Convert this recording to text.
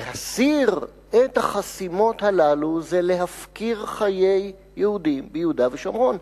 להסיר את החסימות הללו זה להפקיר חיי יהודים ביהודה ושומרון.